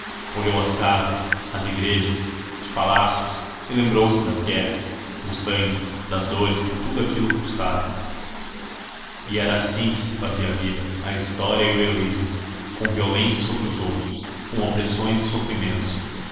olhou as casas as igrejas os palácios e lembrou-se das guerras do sangue das dores que tudo aquilo custara e era assim que se fazia a vida a história e o heroísmo com violência sobre os outros com opressões e sofrimentos